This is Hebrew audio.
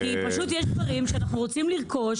כי פשוט יש דברים שאנחנו רוצים לרכוש